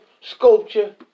sculpture